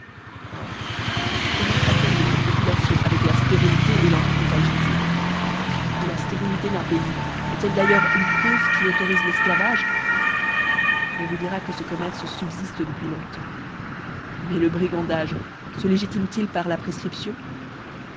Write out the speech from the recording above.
or comment accorder cette population avec la flérilité l'anthropophagifme et la ftériiité d'un pays en elle d'ailleurs une caufb qui autorife l'efclayage on vous dira que ce commerce fubfifte depuis longtemps mais le brigandage fe légitime t il par la prefeription